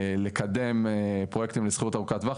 לקדם פרויקטים לשכירות ארוכת טווח.